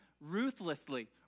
ruthlessly